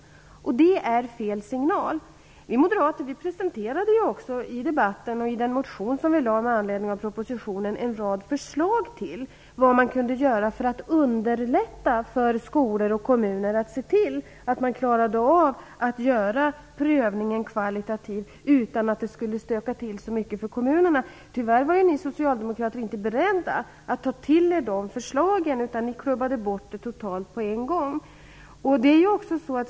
Det är fel signal. Vi moderater presenterade i debatten och i den motion som vi väckte med anledning av propositionen en rad förslag till vad man kunde göra för att underlätta för skolor och kommuner att se till att klara av att göra prövningen kvalitativ, utan att det skulle stöka till det så mycket för kommunerna. Tyvärr var ni socialdemokrater inte beredda att ta till er de förslagen, utan ni klubbade bort dem totalt på en gång.